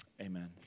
amen